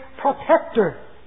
protector